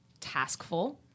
taskful